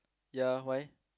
ya why